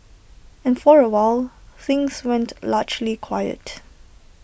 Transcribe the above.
and for awhile things went largely quiet